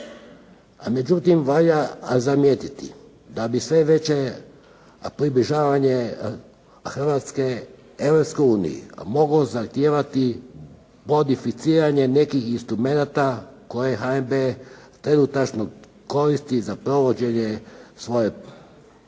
Međutim, valja zamijetiti da bi sve veće približavanje Hrvatske Europskoj uniji moglo zahtijevati modificiranje nekih instrumenata koje HNB trenutačno koristi za provođenje svoje politike.